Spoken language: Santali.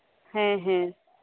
ᱦᱮᱸ ᱦᱮᱸ